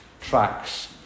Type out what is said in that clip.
tracks